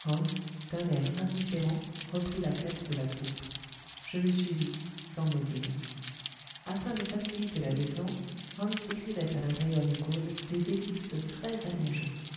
indifférent reprit la tête de la troupe je le suivis sans mot dire afin de faciliter la descente hans décrivait à l'intérieur du cône des ellipses très allongées